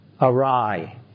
awry